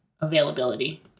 availability